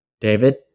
David